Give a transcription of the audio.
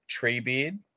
Treebeard